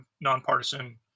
nonpartisan